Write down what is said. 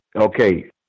Okay